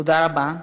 תודה רבה.